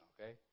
okay